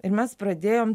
ir mes pradėjom